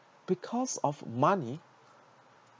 because of money